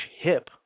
hip